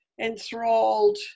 enthralled